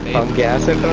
gas a